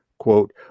quote